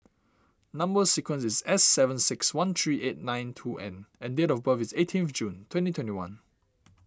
Number Sequence is S seven six one three eight nine two N and date of birth is eighteenth June twenty twenty one